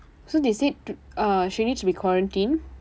so they said to err she needs to be quarantined